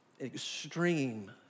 extreme